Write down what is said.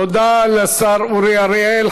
תודה לשר אורי אריאל.